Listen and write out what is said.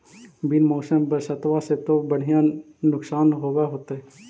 बिन मौसम बरसतबा से तो बढ़िया नुक्सान होब होतै?